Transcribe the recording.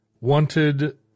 wanted